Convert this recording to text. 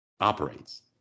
operates